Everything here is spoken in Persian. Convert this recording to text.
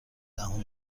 دهم